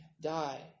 die